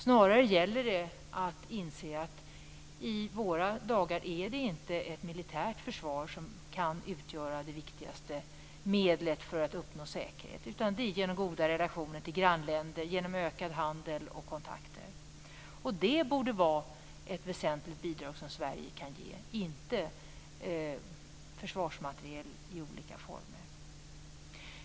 Snarare gäller det att inse att det viktigaste medlet för att uppnå säkerhet i våra dagar inte är ett militärt försvar. Det sker i stället genom goda relationer till grannländer liksom genom ökad handel och utvidgade kontakter. Det borde vara ett väsentligt bidrag som Sverige kan ge i stället för försvarsmateriel i olika former.